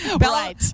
Right